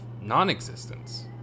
non-existence